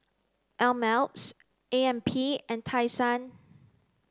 Ameltz A M P and Tai Sun